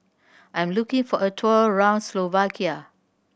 I'm looking for a tour around Slovakia